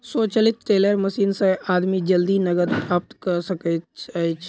स्वचालित teller machine से आदमी जल्दी नकद प्राप्त कय सकैत अछि